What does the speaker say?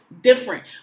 different